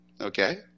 Okay